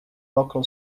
local